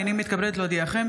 הינני מתכבדת להודיעכם,